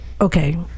Okay